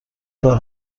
کار